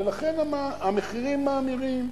ולכן המחירים מאמירים.